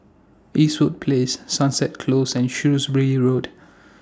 Eastwood Place Sunset Close and Shrewsbury Road